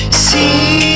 See